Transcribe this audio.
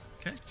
Okay